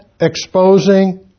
exposing